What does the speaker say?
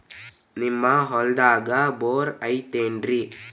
ನಿಮ್ಮ ಹೊಲ್ದಾಗ ಬೋರ್ ಐತೇನ್ರಿ?